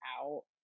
out